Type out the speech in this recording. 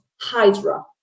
Hydra